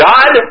God